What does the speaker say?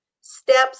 steps